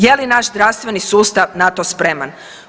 Je li naš zdravstveni sustav na to spreman?